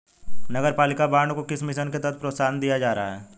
नगरपालिका बॉन्ड को किस मिशन के तहत प्रोत्साहन दिया जा रहा है?